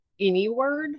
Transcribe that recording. AnyWord